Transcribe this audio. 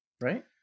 right